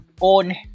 own